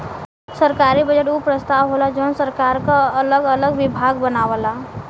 सरकारी बजट उ प्रस्ताव होला जौन सरकार क अगल अलग विभाग बनावला